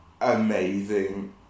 amazing